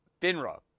FINRA